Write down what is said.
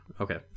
okay